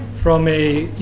from a, you